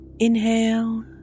Inhale